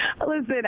Listen